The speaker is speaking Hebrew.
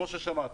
כמו ששמעת.